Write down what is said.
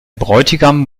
bräutigam